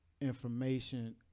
information